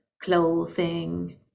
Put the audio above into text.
clothing